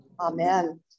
amen